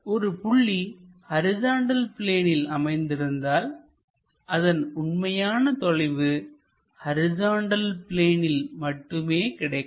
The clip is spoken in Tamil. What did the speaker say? ஒரு புள்ளி ஹரிசாண்டல் பிளேனில் அமைந்திருந்தால் அதன் உண்மையான தொலைவு ஹரிசாண்டல் பிளேனில் மட்டுமே கிடைக்கும்